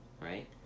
right